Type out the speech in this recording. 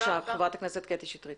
חברת הכנסת קטי שטרית.